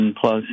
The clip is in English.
plus